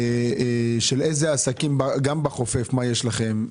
גם בחופף מה יש לכם,